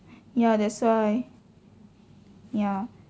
ya that's why ya